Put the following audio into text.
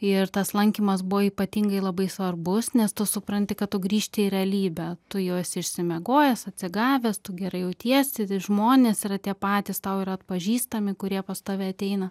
ir tas lankymas buvo ypatingai labai svarbus nes tu supranti kad tu grįžti į realybę tu jau esi išsimiegojęs atsigavęs tu gerai jautiesi žmonės yra tie patys tau yra atpažįstami kurie pas tave ateina